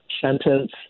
sentence